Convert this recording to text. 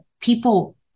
people